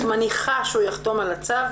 את מניחה שהוא יחתום על הצו.